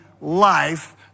life